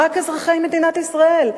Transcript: רק אזרחי מדינת ישראל.